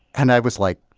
and i was like,